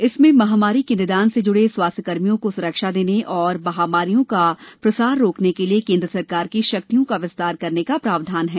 इसमें महामारी के निदान से जुडे स्वास्थ्यकर्मियों को सुरक्षा देने और महामारियों का प्रसार रोकने के लिए केंद्र सरकार की शक्तियों का विस्तार करने के प्रावधान है